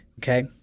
Okay